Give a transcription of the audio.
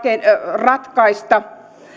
ratkaista